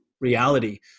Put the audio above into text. reality